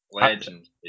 legends